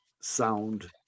sound